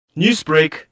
Newsbreak